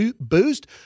boost